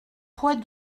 pois